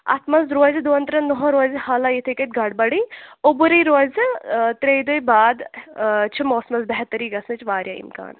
اَتھ منٛز روزِ دون ترٛین دۄہن روزِ حالا یِتھے کٔتھ گڈبڈٕے اوٚبُرٕے روزِ ترٛیہِ دویہِ باد چھِ موسمس بہتری گژھنٕچ وارِیاہ اِمکان